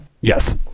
Yes